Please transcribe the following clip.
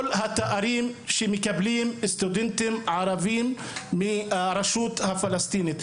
התארים שמקבלים סטודנטים ערבים מהרשות הפלסטינית,